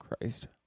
Christ